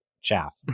Chaff